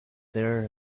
there